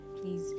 please